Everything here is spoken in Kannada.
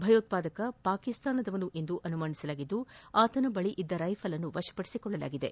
ಭಯೋತ್ವಾದಕ ಪಾಕಿಸ್ತಾನದವನೆಂದು ಶಂಕಿಸಲಾಗಿದ್ದು ಆತನ ಬಳಿ ಇದ್ದ ರೈಫಲ್ಅನ್ನು ವಶಪಡಿಸಿಕೊಳ್ಳಲಾಗಿದೆ